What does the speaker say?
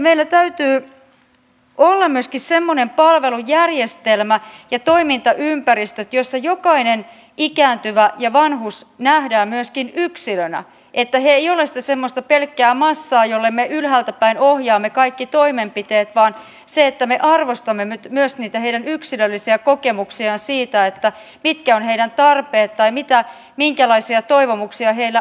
meillä täytyy olla myöskin semmoinen palvelujärjestelmä ja toimintaympäristö jossa jokainen ikääntyvä ja vanhus nähdään myöskin yksilönä että he eivät ole semmoista pelkkää massaa jolle me ylhäältä päin ohjaamme kaikki toimenpiteet vaan me arvostamme myös heidän yksilöllisiä kokemuksiaan siitä mitkä ovat heidän tarpeensa tai minkälaisia toivomuksia heillä on